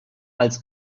als